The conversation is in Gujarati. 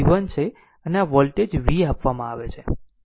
આમ આ r v1 છે અને આ વોલ્ટેજ v આપવામાં આવે છે